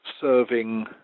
serving